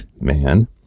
man